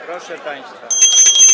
Proszę państwa.